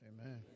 Amen